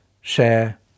share